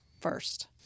first